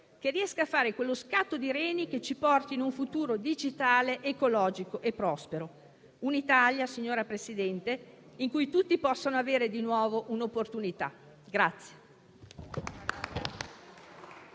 che, con un colpo di reni, ci porti in un futuro digitale, ecologico e prospero; un'Italia, signor Presidente, in cui tutti possano avere di nuovo un'opportunità.